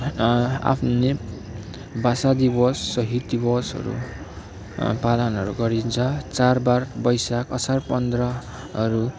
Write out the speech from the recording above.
आफ्नै भाषा दिवस सहिद दिवसहरू पालनहरू गरिन्छ चाडबाड वैशाख असार पन्ध्रहरू